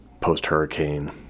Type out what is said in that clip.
post-hurricane